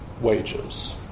wages